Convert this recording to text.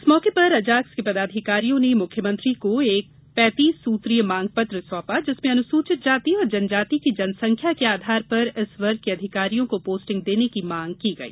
इस मौके पर अजाक्स के पदाधिकारियों ने मुख्यमंत्री को एक पैतीस सूत्रीय मांगपत्र सौंपा जिसमें अनुसूचित जाति और जनजाति की जनसंख्या के आधार पर इस वर्ग के अधिकारियों को पोस्टिंग देने की मांग की गई